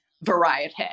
variety